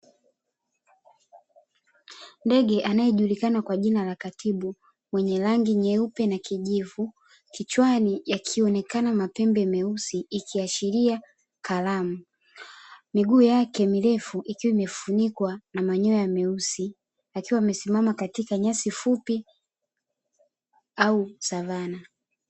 Ndege anayejulikana kwa jina la katibu mwenye rangi nyeupe na kijivu, kichwani yakionekana mapembe meusi ikiashiria kalamu, miguu yake mirefu ikiwa imefunikwa na manyoya meusi, akiwa amesimama katika nyasi fupi au savana.